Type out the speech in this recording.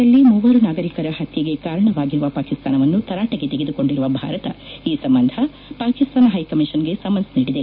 ಜಮ್ಮು ಕಾಶ್ಮೀರದಲ್ಲಿ ಮೂವರು ನಾಗರಿಕರ ಹತ್ಯೆಗೆ ಕಾರಣವಾಗಿರುವ ಪಾಕಿಸ್ತಾನವನ್ನು ತರಾಟೆಗೆ ತೆಗೆದುಕೊಂಡಿರುವ ಭಾರತ ಈ ಸಂಬಂಧ ಪಾಕಿಸ್ತಾನ ಹೈಕಮೀಷನ್ಗೆ ಸಮನ್ಪ್ ನೀಡಿದೆ